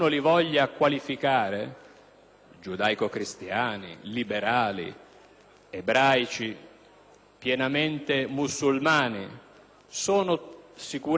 giudaico-cristiani, liberali, ebraici o pienamente musulmani. Questi valori sono sicuramente importanti